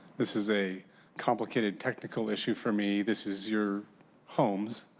this is a complicated technical issue for me. this is your homes.